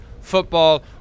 football